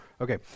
okay